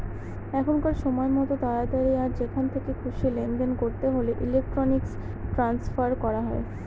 এখনকার সময়তো তাড়াতাড়ি আর যেখান থেকে খুশি লেনদেন করতে হলে ইলেক্ট্রনিক ট্রান্সফার করা হয়